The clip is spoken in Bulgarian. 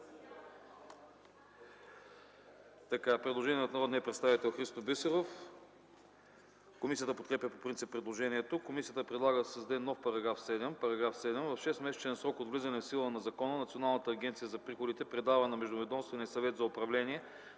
Предложение от народния представител Христо Бисеров. Комисията подкрепя по принцип предложението. Комисията предлага да се създаде нов § 7: „§ 7. В шестмесечен срок от влизането в сила на закона, Националната агенция за приходите предава на Междуведомствения съвет за управление